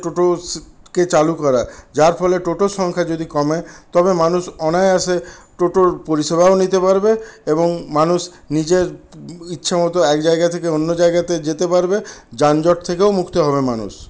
টোটো কে চালু করা যার ফলে টোটোর সংখ্যা যদি কমে তবে মানুষ অনায়াসে টোটোর পরিষেবাও নিতে পারবে এবং মানুষ নিজের ইচ্ছামতো এক জায়গা থেকে অন্য জায়গাতে যেতে পারবে যানজট থেকেও মুক্ত হবে মানুষ